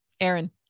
Aaron